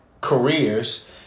careers